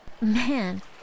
Man